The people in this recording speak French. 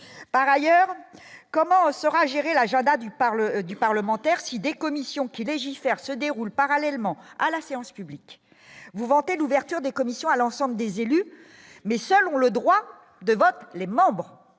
par ailleurs comment sera géré l'agenda du parle du parlementaire si des commissions qui légifère se déroule parallèlement à la séance publique vous vanter l'ouverture des commissions à l'ensemble des élus, mais selon le droit de vote, les membres